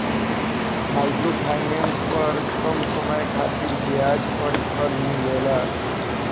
micro finance पर कम समय खातिर ब्याज पर कर्जा मिलेला